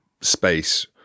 space